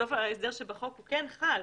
בסוף ההסדר שבחוק כן חל.